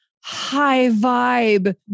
high-vibe